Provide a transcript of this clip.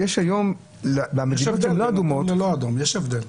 יש הבדל בין מדינות אדומות ללא אדומות.